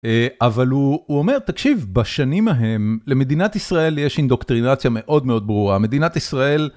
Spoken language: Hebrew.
אבל הוא אומר, תקשיב, בשנים ההם למדינת ישראל יש אינדוקטרינציה מאוד מאוד ברורה, מדינת ישראל...